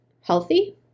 healthy